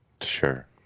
Sure